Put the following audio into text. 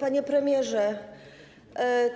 Panie premierze,